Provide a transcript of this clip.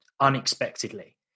unexpectedly